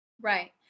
Right